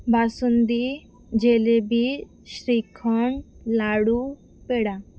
basundi jalebi shrikhand laddoo peda